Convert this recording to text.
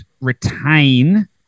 retain